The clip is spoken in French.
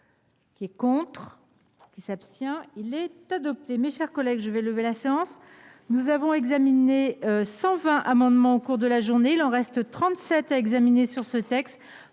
Je mets aux voix l’article 9 . ter Mes chers collègues, je vais lever la séance. Nous avons examiné 120 amendements au cours de la journée ; il en reste 37 à examiner sur ce texte.